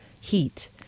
heat